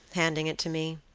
handing it to me.